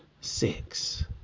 six